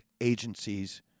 agencies